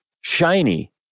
shiny